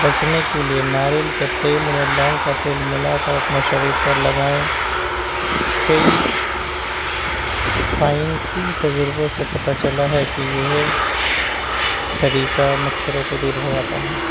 بچنے کے لیے ناریل کے تیل میں لونگ کا تیل ملا کر اپنے شریر پر لگائیں کئی سائنسی تجربوں سے پتہ چلا ہے کہ یہ طریقہ مچھروں کو دور بھگاتا ہے